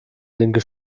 linke